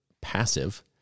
passive